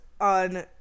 on